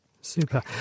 super